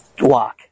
walk